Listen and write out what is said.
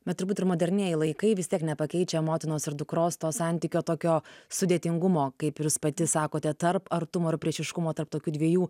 bet turbūt ir modernieji laikai vis tiek nepakeičia motinos ir dukros to santykio tokio sudėtingumo kaip jūs ir pati sakote tarp artumo ir priešiškumo tarp tokių dviejų